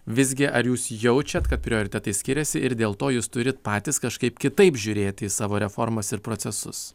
visgi ar jūs jaučiat kad prioritetai skiriasi ir dėl to jūs turit patys kažkaip kitaip žiūrėti į savo reformas ir procesus